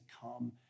come